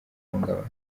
ihungabana